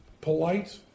polite